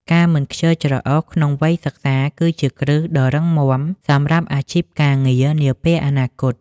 ការមិនខ្ជិលច្រអូសក្នុងវ័យសិក្សា គឺជាគ្រឹះដ៏រឹងមាំសម្រាប់អាជីពការងារនាពេលអនាគត។